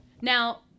Now